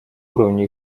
уровне